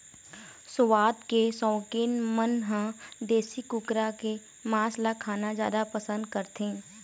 सुवाद के सउकीन मन ह देशी कुकरा के मांस ल खाना जादा पसंद करथे